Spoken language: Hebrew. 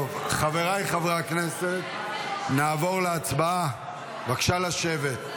חבריי חברי הכנסת, נעבור להצבעה, בבקשה לשבת.